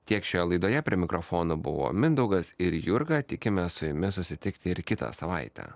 tiek šioje laidoje prie mikrofono buvo mindaugas ir jurga tikimės su jumis susitikti ir kitą savaitę